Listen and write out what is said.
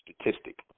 statistic